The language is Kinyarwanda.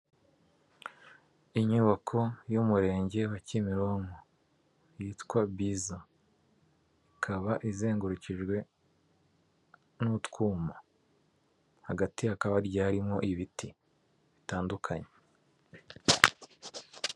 Inyubako y'umurenge wa Kimironko yitwa biza ikaba izengurukijwe n'utwuma, hagati hakaba hagiye harimo ibiti bitandukanye.